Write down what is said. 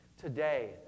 today